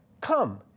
Come